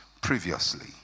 previously